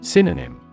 Synonym